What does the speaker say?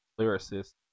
lyricist